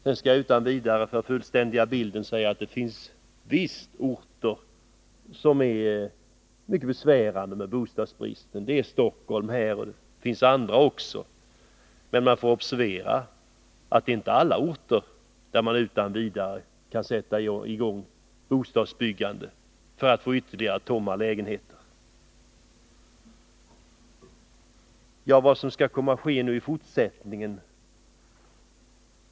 Sedan skall jag utan vidare, för att fullständiga bilden, säga att det visst finns orter där bostadsbristen är mycket besvärande. Det är Stockholm och också andra orter. Men vi skall observera att man inte på alla orter utan vidare kan sätta i gång bostadsbyggandet, eftersom man då får ytterligare tomma lägenheter. Vad skall nu komma att ske i fortsättningen?